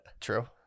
True